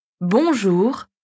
Bonjour